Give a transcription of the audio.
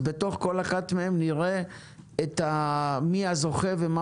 אז בתוך כל אחת מהן נראה מי הזוכה ומה